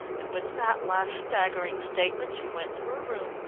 and with that last staggering statement, she went to her room,